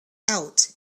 out